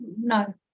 No